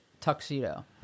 tuxedo